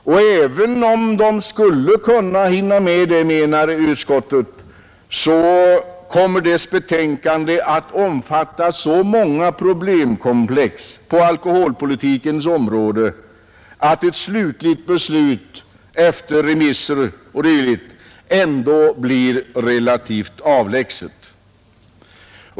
Och även om den skulle kunna hinna med det, menar utskottet, kommer dess betänkande att omfatta så många problemkomplex på alkoholpolitikens område, att ett slutligt beslut efter remisser o.d. ändå blir relativt avlägset.